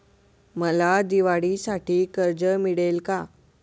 मला दिवाळीसाठी कर्ज मिळेल का?